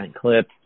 clip